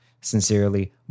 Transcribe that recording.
Sincerely